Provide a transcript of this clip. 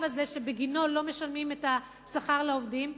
הזה שבגינו לא משלמים את השכר לעובדים?